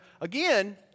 again